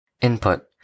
Input